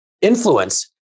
influence